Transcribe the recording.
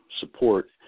support